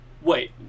Wait